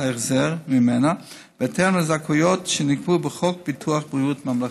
החזר ממנה בהתאם לזכאויות שנקבעו בחוק ביטוח בריאות ממלכתי.